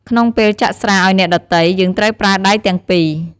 ក្នុងពេលចាក់ស្រាអោយអ្នកដ៏ទៃ យើងត្រូវប្រើដៃទាំងពីរ។